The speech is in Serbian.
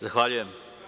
Zahvaljujem.